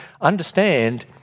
Understand